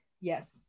Yes